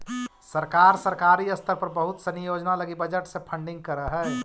सरकार सरकारी स्तर पर बहुत सनी योजना लगी बजट से फंडिंग करऽ हई